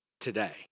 today